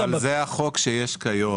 אבל זה החוק שיש כיום.